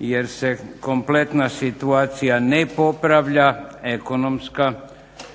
jer se kompletna situacija ne popravlja ekonomska prije